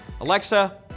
Alexa